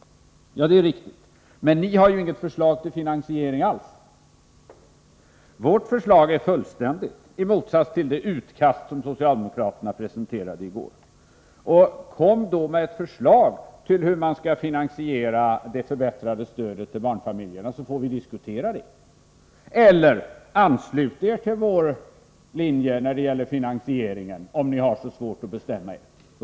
Ja, det är riktigt. Men ni har ju inget förslag till finansiering alls. Vårt förslag är fullständigt, i motsats till det utkast som socialdemokraterna presenterade i går. Kom då med ett förslag till hur man skall finansiera det förbättrade stödet till barnfamiljerna så att vi får diskutera det! Eller anslut er till vår linje vad gäller finansieringen, om ni har så svårt att bestämma er!